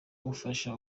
gufasha